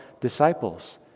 disciples